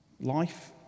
Life